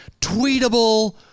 tweetable